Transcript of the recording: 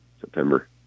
September